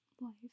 life